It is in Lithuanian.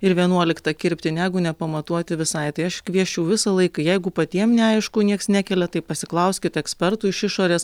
ir vienuoliktą kirpti negu nepamatuoti visai tai aš kviesčiau visąlaik jeigu patiem neaišku nieks nekelia tai pasiklauskit ekspertų iš išorės